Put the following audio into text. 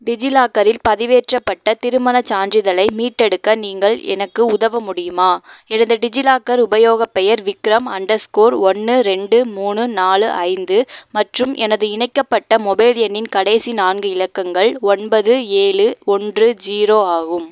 டிஜிலாக்கரில் பதிவேற்றப்பட்ட திருமணச் சான்றிதழை மீட்டெடுக்க நீங்கள் எனக்கு உதவ முடியுமா எனது டிஜிலாக்கர் உபயோகப் பெயர் விக்ரம் அண்டர்ஸ்க்கோர் ஒன்று ரெண்டு மூணு நாலு ஐந்து மற்றும் எனது இணைக்கப்பட்ட மொபைல் எண்ணின் கடைசி நான்கு இலக்கங்கள் ஒன்பது ஏழு ஒன்று ஜீரோ ஆகும்